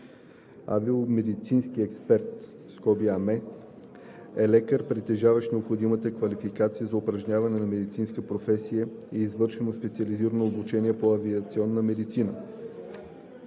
„Авиомедицински експерт (АМЕ)“ е лекар, притежаващ необходимата квалификация за упражняване на медицинска професия и завършено специализирано обучение по авиационна медицина,